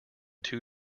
too